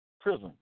prison